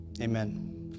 Amen